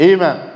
Amen